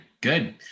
good